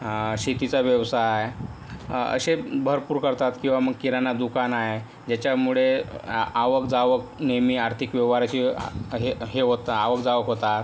शेतीचा व्यवसाय असे भरपूर करतात किंवा मग किराणा दुकान आहे ज्याच्यामुळे आवकजावक नेहमी आर्थिक व्यवहाराची हे हे होत आवकजावक होतात